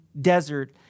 desert